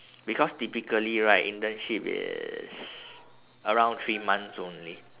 because typically right internship is around three months only